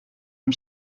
amb